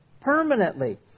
Permanently